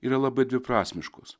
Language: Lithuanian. yra labai dviprasmiškos